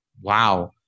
Wow